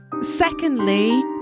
Secondly